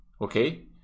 Okay